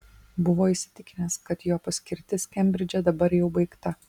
buvo įsitikinęs kad jo paskirtis kembridže dabar jau baigta